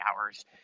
hours